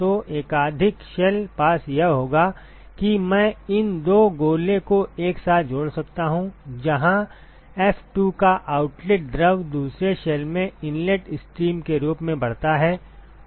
तो एकाधिक shell pass यह होगा कि मैं इन दो गोले को एक साथ जोड़ सकता हूं जहां f2 का आउटलेट द्रव दूसरे शेल में इनलेट स्ट्रीम के रूप में बढ़ता है